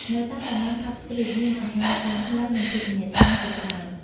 នៅតាមតំបន់ Pub Street មានអាហារតាមផ្លូវ និងភោជនីយដ្ឋានជាច្រើន ។